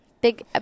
big